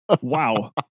Wow